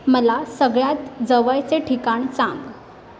मला सगळ्यात जवळचे ठिकाण सांग